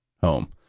home